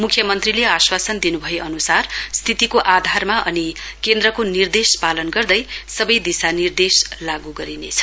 मुख्यमन्त्रीले आश्वासन दिनुभए अनुसार स्थितिको आधारमा अनि केन्द्रको निर्देश पालन गर्दै सवै दिशा निर्देश लागू गरिनेछ